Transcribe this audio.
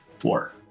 Four